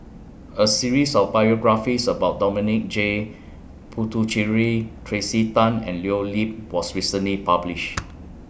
A series of biographies about Dominic J Puthucheary Tracey Tan and Leo Yip was recently published